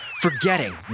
Forgetting